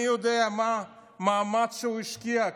אני יודע מה המאמץ שהוא השקיע,